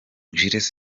jules